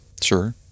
Sure